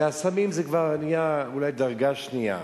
והסמים אולי בדרגה שנייה.